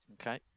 Okay